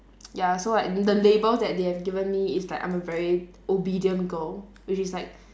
ya so like the labels that they have given me is like I'm a very obedient girl which is like